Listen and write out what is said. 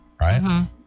right